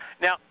Now